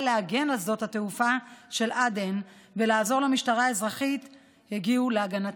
להגן על שדות התעופה של עדן ולעזור למשטרה האזרחית הגיעה להגנתם.